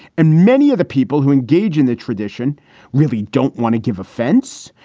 and many of the people who engage in that tradition really don't want to give offense.